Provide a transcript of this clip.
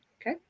Okay